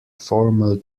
formal